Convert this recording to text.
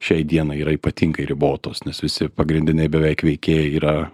šiai dienai yra ypatingai ribotos nes visi pagrindiniai beveik veikėjai yra